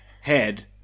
head